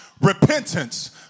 repentance